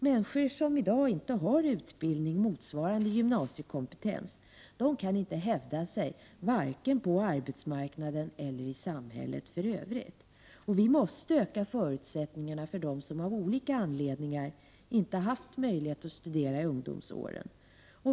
Människor som i dag inte har utbildning motsvarande gymnasiekompetens kan inte hävda sig, vare sig på arbetsmarknaden eller i samhället i övrigt. Vi måste öka förutsättningarna för dem som av olika anledningar inte har haft möjlighet att studera i ungdomsåren.